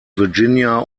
virginia